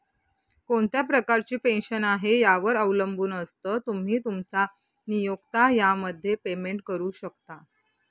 कोणत्या प्रकारची पेन्शन आहे, यावर अवलंबून असतं, तुम्ही, तुमचा नियोक्ता यामध्ये पेमेंट करू शकता